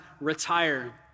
retire